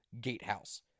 gatehouse